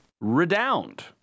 Redound